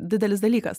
didelis dalykas